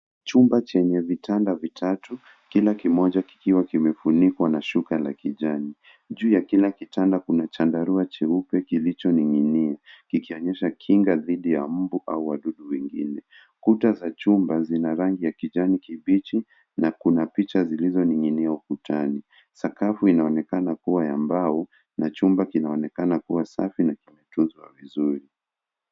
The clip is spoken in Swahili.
Chumba chenye vitanda vitatu kila kimoja kikiwa kimefunikwa na shuka la kijani. Juu ya kila kitanda kuna chandarua cheupe kilichoning'inia kikionyesha kinga dhidi ya mbu au wadudu wengine. Kuta za chumba zina rangi ya kijani kibichi na kuna picha zilizoning'inia ukutani. Sakafu inaonekana kuwa ya mbao na chumba kinaonekana kuwa safi na kimetunzwa vizuri.